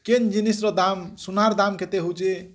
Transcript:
କେନ୍ ଜିନିଷର ଦାମ୍ ସୁନାର ଦାମ୍ କେତେ୍ ହୋଉଛି